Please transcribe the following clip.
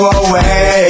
away